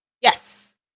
Yes